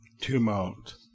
Tumult